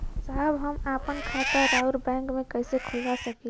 साहब हम आपन खाता राउर बैंक में कैसे खोलवा सकीला?